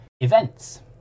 events